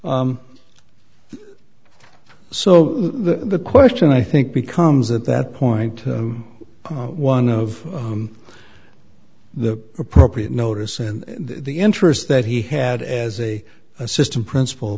so the question i think becomes at that point one of the appropriate notice and the interest that he had as a assistant principal